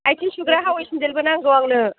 आइथिं सुग्रा हावै सिन्देलबो नांगौ आंनो